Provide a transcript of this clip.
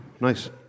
nice